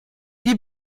die